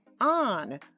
on